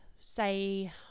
Say